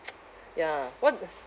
ya what